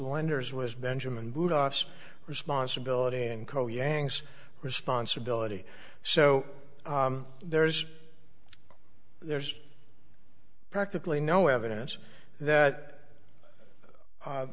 lenders was benjamin boot offs responsibility and co yang's responsibility so there's there's practically no evidence that